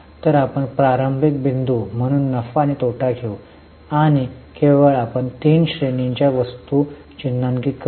तर आपण प्रारंभिक बिंदू म्हणून नफा आणि तोटा घेऊ आणि केवळ आपण तीन श्रेणींच्या वस्तू चिन्हांकित करू